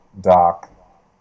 doc